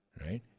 right